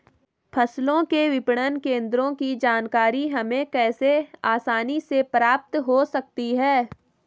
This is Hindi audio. फसलों के विपणन केंद्रों की जानकारी हमें कैसे आसानी से प्राप्त हो सकती?